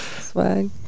swag